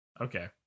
Okay